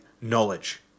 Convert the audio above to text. knowledge